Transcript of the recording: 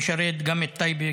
שמשרת גם את טייבה,